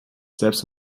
selbst